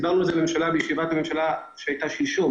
כפי שהסברנו בישיבת הממשלה שהייתה שלשום